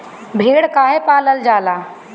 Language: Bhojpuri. भेड़ काहे पालल जाला?